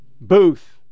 booth